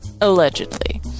allegedly